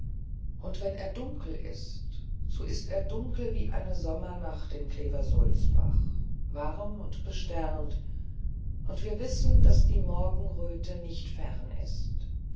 und wenn er dunkel ist so ist er dunkel wie eine sommernacht in kleversulzbach warm und besternt und wir wissen daß die morgenröte nicht fern ist